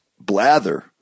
blather